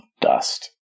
dust